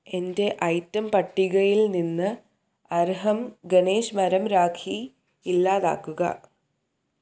എന്റെ ഐറ്റം പട്ടികയിൽ നിന്ന് അർഹം ഗണേഷ് മരം രാഖി ഇല്ലാതാക്കുക